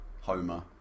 Homer